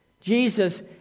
Jesus